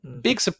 big